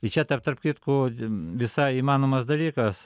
i čia tarp tarp kitko visai įmanomas dalykas